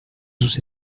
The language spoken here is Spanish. sus